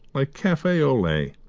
like cafe au lait